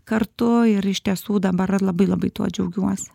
kartu ir iš tiesų dabar labai labai tuo džiaugiuosi